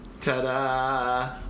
Ta-da